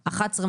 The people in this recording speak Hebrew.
11:00,